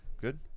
Good